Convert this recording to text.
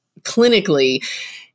clinically